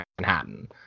Manhattan